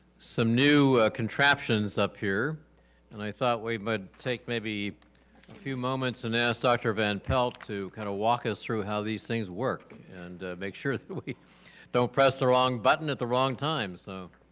some new contraptions up here and i thought we would take maybe a few moments and ask dr. van pelt to kind of walk us through how these things work and make sure but we don't press the wrong button at the wrong time, so.